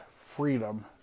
freedom